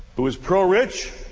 who is pro-rich,